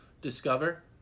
discover